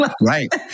right